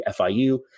FIU